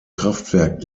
kraftwerk